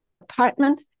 apartment